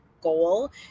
goal